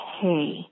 hey